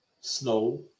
snow